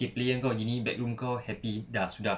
okay player kau gini backroom kau happy dah sudah